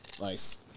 Nice